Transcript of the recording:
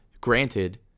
Granted